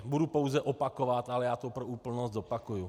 Budu pouze opakovat, ale já to pro úplnost zopakuji.